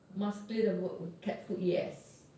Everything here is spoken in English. must clear the cat food yes